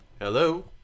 Hello